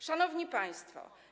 Szanowni Państwo!